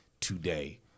today